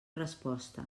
resposta